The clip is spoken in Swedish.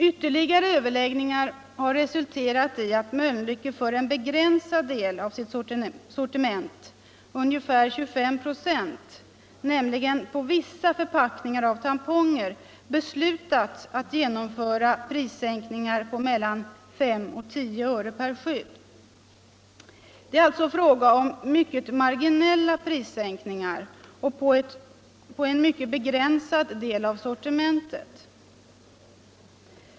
Ytterligare överläggningar har resulterat i att Mölnlycke för en begränsad del av sitt sortiment, ungefär 25 96 — nämligen vissa förpackningar av tamponger — har beslutat att genomföra prissänkningar på mellan 5 och 10 öre per skydd. Det är alltså fråga om ytterst marginella prissänkningar på en mycket begränsad del av sortimentet.